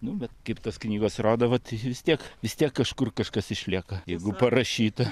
nu bet kaip tos knygos rodo vat vis tiek vis tiek kažkur kažkas išlieka jeigu parašyta